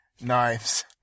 knives